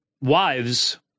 wives